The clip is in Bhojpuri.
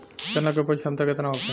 चना के उपज क्षमता केतना होखे?